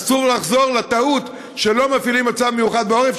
אסור לחזור על הטעות שלא מפעילים מצב מיוחד בעורף,